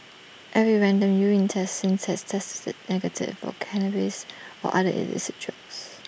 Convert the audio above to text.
every random urine test since has tested negative for cannabis or other illicit drugs